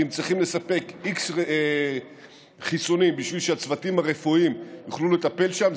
ואם צריכים לספק x חיסונים בשביל שהצוותים הרפואיים יוכלו לטפל שם,